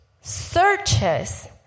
searches